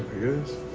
use